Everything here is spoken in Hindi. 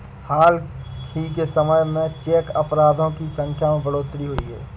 हाल ही के समय में चेक अपराधों की संख्या में बढ़ोतरी हुई है